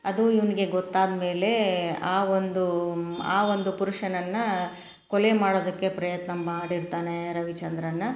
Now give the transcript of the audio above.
ಅದು ಇವ್ನಿಗೆ ಗೊತ್ತಾದ ಮೇಲೆ ಆ ಒಂದು ಆ ಒಂದು ಪುರುಷನನ್ನು ಕೊಲೆ ಮಾಡೋದಕ್ಕೆ ಪ್ರಯತ್ನ ಮಾಡಿರ್ತಾನೆ ರವಿಚಂದ್ರನ್